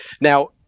now